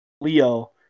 Leo